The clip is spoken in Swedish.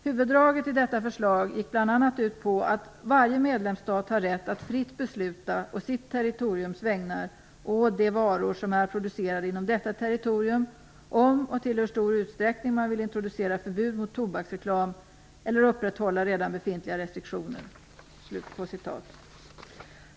Huvuddraget i detta förslag gick bl.a. ut på att varje medlemsstat har rätt att fritt besluta, å sitt territoriums vägnar och å de varor som är producerade inom detta territorium, om och till hur stor utsträckning man vill introducera förbud mot tobaksreklam eller upprätthålla redan befintliga restriktioner.